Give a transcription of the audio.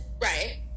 right